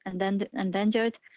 endangered